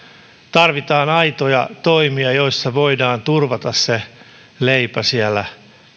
tarvitaan aitoja toimia joilla voidaan turvata se leipä siellä